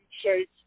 shapes